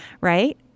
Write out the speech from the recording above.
right